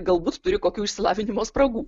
galbūt turi kokių išsilavinimo spragų